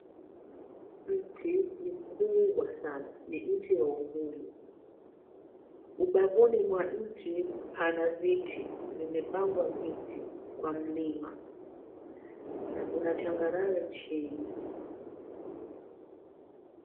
Mti ni mkubwa sana. Ni mti wa umuyu. Ubavuni mwa mti, pana viti vimepangwa viti kwa mlima na kuna changarawe chini.